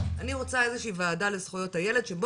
אני רוצה איזושהי ועדה לזכויות הילד שבה